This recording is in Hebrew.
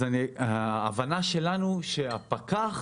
ההבנה שלנו היא שהפקח